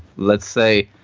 let's say,